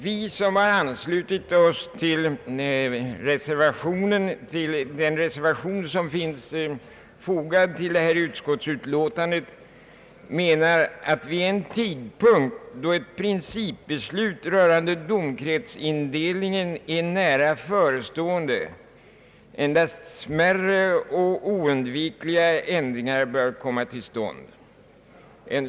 Vi som har anslutit oss till den reservation som finns fogad vid utskottsutlåtandet menar att vid en tidpunkt då ett principbeslut rörande domkretsindelningen är nära förestående endast smärre och oundvikliga ändringar bör komma till stånd.